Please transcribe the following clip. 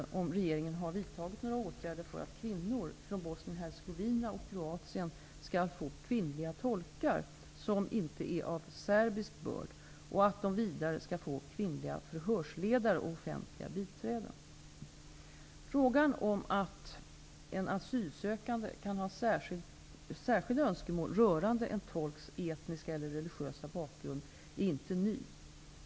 Bosnien-Hercegovina och Kroatien skall få kvinnliga tolkar, som ej är av serbisk börd, och att de vidare skall få kvinnliga förhörsledare och offentliga biträden. Frågan om att en asylsökande kan ha särskilda önskemål rörande en tolks etniska eller religiösa bakgrund är inte ny.